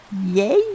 Yay